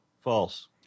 False